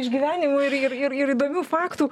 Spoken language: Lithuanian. išgyvenimų ir ir ir ir įdomių faktų